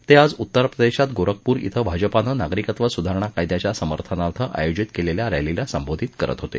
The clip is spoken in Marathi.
ते आज उत्तर प्रदेशात गोरखपूर श्वि भाजपानं नागरिकत्व सुधारणा कायद्याच्या समर्थनार्थ आयोजित केलेल्या रॅलीला संबोधित करत होते